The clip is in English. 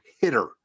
hitter